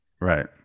right